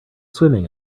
swimming